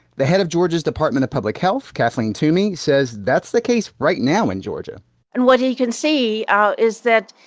the head of georgia's department of public health, kathleen toomey, says that's the case right now in georgia and what you can see ah is that,